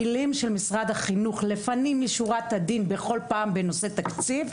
המילים של משרד החינוך לפנים משורת הדין בכל פעם בנושא תקציב,